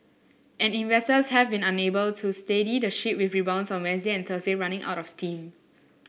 and investors have been unable to steady the ship with rebounds on Wednesday and Thursday running out of steam